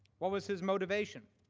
what was his motivation?